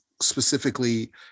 specifically